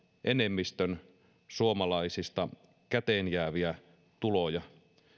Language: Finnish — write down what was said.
enemmistön suomalaisista käteenjääviä tuloja